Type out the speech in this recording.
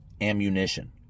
ammunition